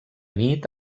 nit